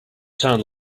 sound